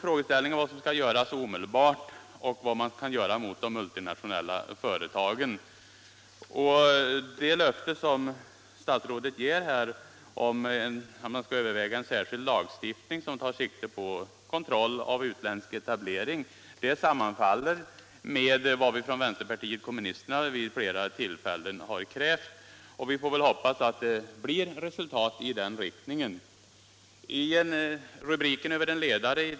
Frågan gäller vad som skall ske omedelbart och vad man kan göra mot de multinationella företagen. Det löfte som statsrådet ger här — att man skall överväga en särskild lagstiftning som tar sikte på kontroll av utländsk etablering - sammanfaller med vad vi från vänsterpartiet kommunisterna vid flera tillfällen har krävt, och vi får väl hoppas att det blir resultat i den riktningen.